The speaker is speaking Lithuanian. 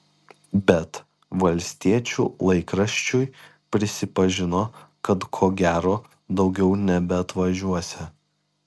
bet valstiečių laikraščiui prisipažino kad ko gero daugiau nebeatvažiuosią